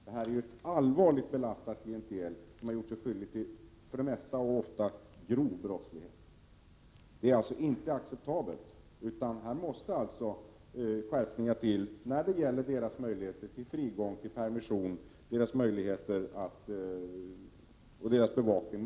Detta är ett allvarligt belastat klientel, som ofta gjort sig skyldigt till grov brottslighet. Situationen är inte acceptabel, utan skärpningar måste till i fråga om deras frigång, permission och bevakning.